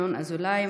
ינון אזולאי,